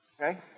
Okay